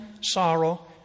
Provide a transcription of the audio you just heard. sorrow